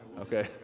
okay